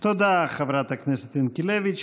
תודה, חברת הכנסת ינקלביץ'.